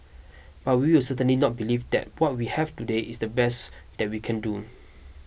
but we will certainly not believe that what we have today is the best that we can do